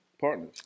partners